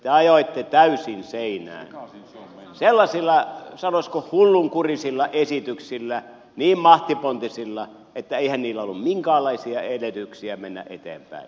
te ajoitte täysin seinään sellaisilla sanoisinko hullunkurisilla esityksillä niin mahtipontisilla että eihän niillä ollut minkäänlaisia edellytyksiä mennä eteenpäin